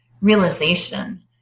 realization